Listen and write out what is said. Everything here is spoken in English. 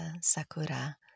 sakura